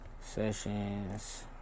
Sessions